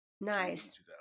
Nice